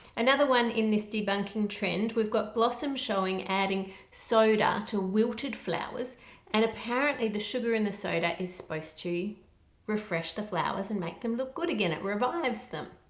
another one in this debunking trend we've got blossom showing adding soda to wilted flowers and apparently the sugar in the soda is supposed to refresh the flowers and make them look good again it revives them.